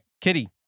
Kitty